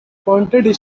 pointed